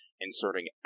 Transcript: inserting